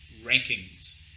rankings